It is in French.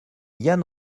yann